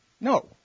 No